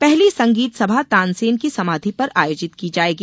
पहली संगीत सभा तानसेन की समाधी पर आयोजित की जायेगी